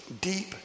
deep